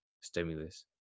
stimulus